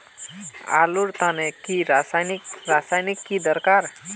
आलूर तने की रासायनिक रासायनिक की दरकार?